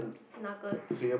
nuggets